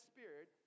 Spirit